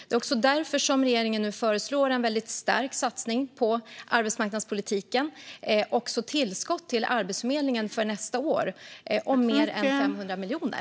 Det är också därför regeringen nu föreslår en stark satsning på arbetsmarknadspolitiken och även ett tillskott till Arbetsförmedlingen för nästa år om mer än 500 miljoner.